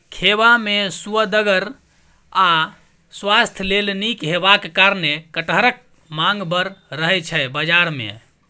खेबा मे सुअदगर आ स्वास्थ्य लेल नीक हेबाक कारणेँ कटहरक माँग बड़ रहय छै बजार मे